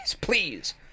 please